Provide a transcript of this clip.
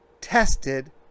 tested